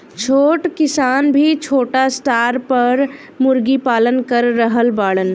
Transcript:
छोट किसान भी छोटा स्टार पर मुर्गी पालन कर रहल बाड़न